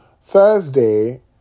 Thursday